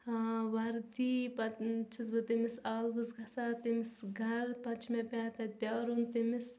وردی پَتہٕ چھِس بہٕ تٔمِس آلوَس گَژھان تٔمِس گَرٕ پَتہٕ چھِ مےٚ پٮ۪وان تتَہِ پیٛارُن تٔمِس